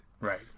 Right